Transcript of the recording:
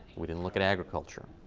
we didn't look at agriculture.